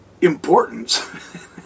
importance